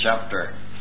chapter